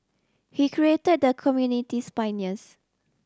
he credited the community's pioneers